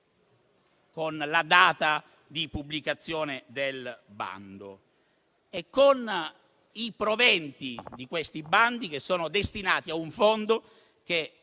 alla data di pubblicazione del bando. I proventi di questi bandi sono destinati a un fondo che